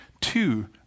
two